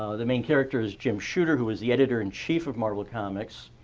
the main character is jim shooter who was the editor and chief of marvel comics,